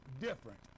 different